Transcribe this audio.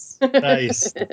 Nice